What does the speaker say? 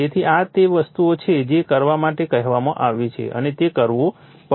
તેથી આ તે વસ્તુઓ છે જે કરવા માટે કહેવામાં આવ્યું છે અને તે કરવું પડશે